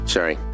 Sorry